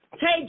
Take